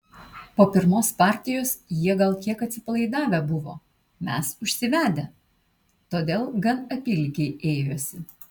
po pirmos partijos jie gal kiek atsipalaidavę buvo mes užsivedę todėl gan apylygiai ėjosi